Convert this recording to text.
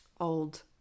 old